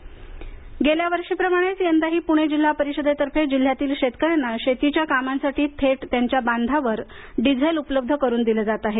जिल्हा परिषद गेल्या वर्षीप्रमाणेच यंदाही पुणे जिल्हा परिषदेतर्फे जिल्ह्यातील शेतकऱ्यांना शेतीच्या कामांसाठी थेट त्यांच्या बांधावर डिझेल उपलब्ध करून दिलं जात आहे